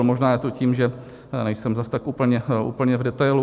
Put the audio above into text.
Možná je to tím, že nejsem zas tak úplně, úplně v detailu.